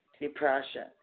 depression